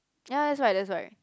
ya that's right that's right